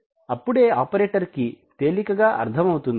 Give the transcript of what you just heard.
అప్పుడే ఆపరేటర్ కి తేలికగా అర్థం అవుతుంది